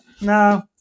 no